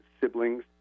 siblings